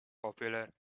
popular